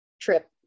trip